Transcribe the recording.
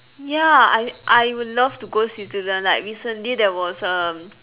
ya I I would love to go Switzerland like recently there was um